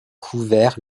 couvert